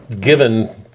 given